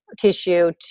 tissue